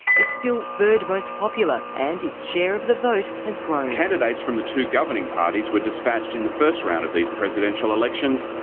it's still third most popular, and its share of the vote has grown. candidates from the two governing parties were dispatched in the first round of these presidential elections,